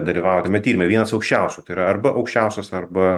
dalyvavo tame tyrime vienas aukščiausių tai yra arba aukščiausias arba